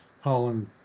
Holland